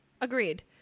Agreed